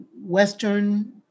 Western